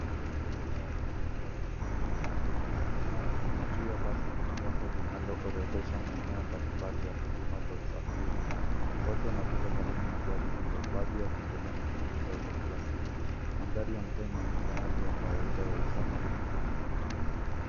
Gari ndogo la abiria limeegeshwa pembeni ya barabara. Juu ya basi kuna bango linaloorodhesha maeneo mbalimbali ya huduma za usafiri. Watu wanapita karibu na gari hilo, baadhi wakiendelea na shughuli zao za kila siku. Mandhari ya mtaa inaonyesha hali ya kawaida ya usafiri.